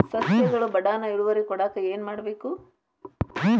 ಸಸ್ಯಗಳು ಬಡಾನ್ ಇಳುವರಿ ಕೊಡಾಕ್ ಏನು ಮಾಡ್ಬೇಕ್?